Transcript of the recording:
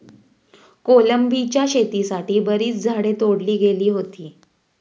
कोलंबीच्या शेतीसाठी बरीच झाडे तोडली गेली होती